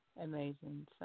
Amazing